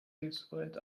hilfsbereit